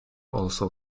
also